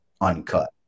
uncut